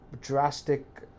drastic